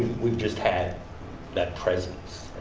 we've just had that presence